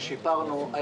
ששיפרנו,